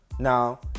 Now